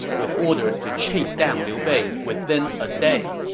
with orders to chase down liu bei within a day,